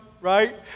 right